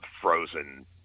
frozen